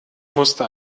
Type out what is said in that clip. musste